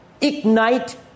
Ignite